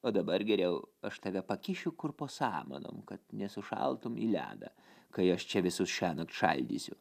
o dabar geriau aš tave pakišiu kur po samanom kad nesušaltum į ledą kai aš čia visus šiąnakt šaldysiu